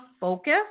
focus